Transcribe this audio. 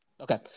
Okay